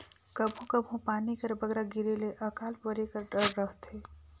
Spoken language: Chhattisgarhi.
कभों कभों पानी कर बगरा गिरे ले अकाल परे कर डर रहथे